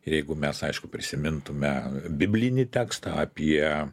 ir jeigu mes aišku prisimintume biblinį tekstą apie